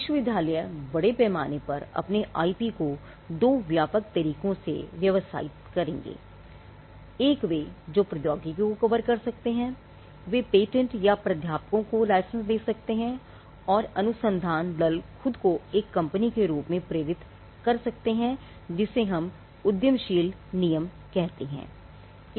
विश्वविद्यालय बड़े पैमाने पर अपने आईपी को दो व्यापक तरीकों से व्यावसायीकृत करेंगे एक वे जो प्रौद्योगिकी को कवर कर सकते हैं वे पेटेंट या प्राध्यापकों को लाइसेंस दे सकते थे और अनुसंधान दल खुद को एक कंपनी के रूप में प्रेरित कर सकते थे जिसे हम उद्यमशील नियम कहते हैं